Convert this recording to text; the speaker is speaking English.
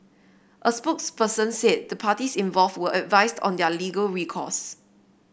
a spokesperson said the parties involved were advised on their legal recourse